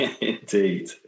Indeed